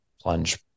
plunge